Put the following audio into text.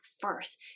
first